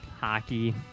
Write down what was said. hockey